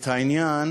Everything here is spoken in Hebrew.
את העניין